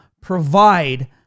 provide